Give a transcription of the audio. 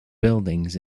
buildings